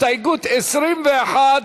הסתייגות 21,